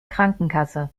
krankenkasse